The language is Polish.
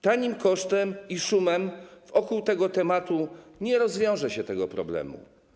Tanim kosztem i szumem wokół tego tematu nie rozwiąże się tego problemu.